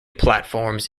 platforms